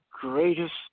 greatest